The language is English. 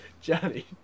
Johnny